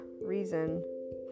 reason